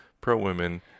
pro-women